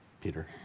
Peter